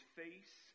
face